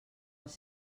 als